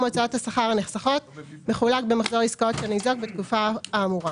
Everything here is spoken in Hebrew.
הוצאות השכר הנחסכות מחולק במחזור העסקאות של הניזוק בתקופה האמורה,